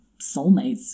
soulmates